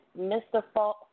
Mr